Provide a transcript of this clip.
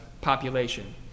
population